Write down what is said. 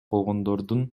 болгондордун